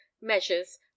measures